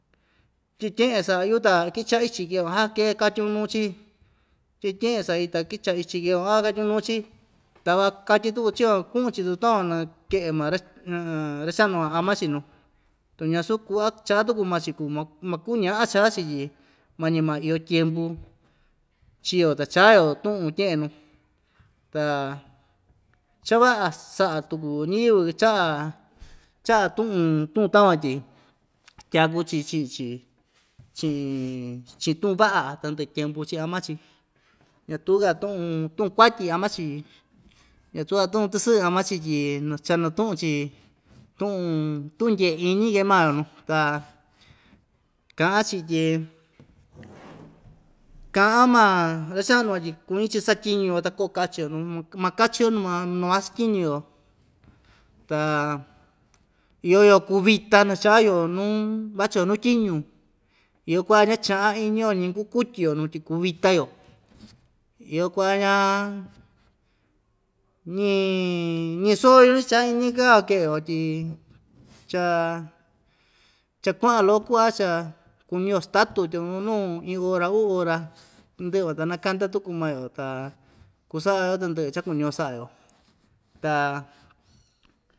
Tye'en tye'en sa'a‑yu ta ikicha'i chike van ke katyun nuu‑chi tye'en tye'en sa'i ta kicha'i chike van ja katyun nuu‑chi ta va'a katyi tuku chivan ku'un‑chi ta takuan nake'e maa ra‑cha'nu van ama‑chi nuu tu ñasuu ku'va chaa tuku maa‑chi kuu maku maku ña'a chaa‑chi tyi mañi maa iyo tyempu chio ta chaa‑yo tu'un tye'en nuu ta cha‑va'a sa'a tuku ñiyɨvɨ cha'a cha'a tu'un tu'un takuan tyi tyaku‑chi chi'i‑chi chi'in chi'in tu'un va'a tandɨ'ɨ tyempu chi ama‑chi ñatu‑ka tu'un tu'un kuatyi ama‑chi ñasu‑ka tu'un tɨsɨ'ɨ ama‑chi tyi chanatu'un‑chi tu'un tu'un ndyee iñi kee maa‑yo nu ta ka'an‑chi tyi ka'an maa ra‑cha'nu van tyi kuñi‑chi satyiñu‑yo ta koo kachio nuu makachio tu mastyiñu‑yo ta iyo‑yo kuvita nachaa‑yo nuu vachio nu tyiñu iyo ku'a ñacha'a iñi‑yo ñi kukutyio nu tyi kuvita‑yo iyo ku'a ña ñii ñii‑soo‑yu ñacha'an iñika‑yo ke'e‑yo tyi cha chakua'an loko ku'a cha kuñi‑yo statu tya nu nu iin ora uu ora ndɨ'ɨ van ta nakanda tuku maa‑yo ta kusa'a‑yo tandɨ'ɨ cha‑kuñi‑yo sa'a‑yo ta.